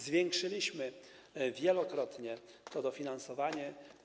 Zwiększyliśmy wielokrotnie to dofinansowanie.